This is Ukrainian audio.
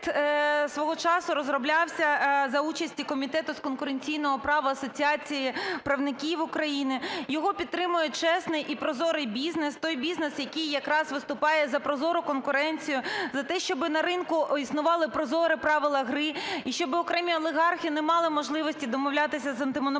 проект свого часу розроблявся за участі Комітету з конкуренційного права Асоціації правників України. Його підтримує чесний і прозорий бізнес. Той бізнес, який якраз виступає за прозору конкуренцію, за те, щоби на ринку існували прозорі правила гри і щоби окремі олігархи не мали можливості домовлятися з Антимонопольним